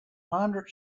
hundred